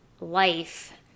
life